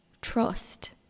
trust